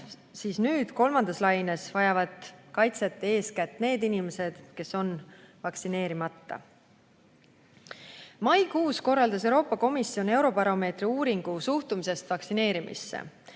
siis nüüd, kolmandas laines vajavad kaitset eeskätt need inimesed, kes on vaktsineerimata. Maikuus korraldas Euroopa Komisjon Eurobaromeetri uuringu suhtumisest vaktsineerimisse.